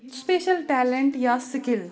special talent یا skill